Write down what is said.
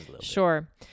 Sure